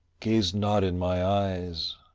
gaze not in my eyes.